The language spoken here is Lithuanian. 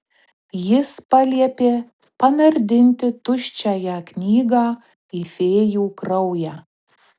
jis paliepė panardinti tuščiąją knygą į fėjų kraują